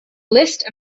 list